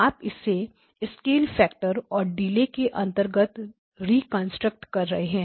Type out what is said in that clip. आप इसे scale factor और डिले के अंतर्गत रिकंस्ट्रक्ट कर रहे हैं